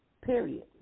Period